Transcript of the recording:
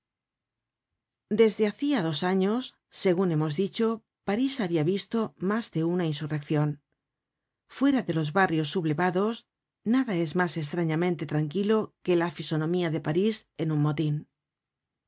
desde hacia dos años segun hemos dicho parís habia visto mas de una insurreccion fuera de los barrios sublevados nada es mas estrañamente tranquilo que la fisonomía de parís en un motin